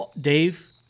Dave